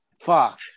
fuck